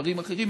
דברים אחרים,